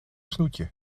snoetje